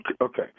Okay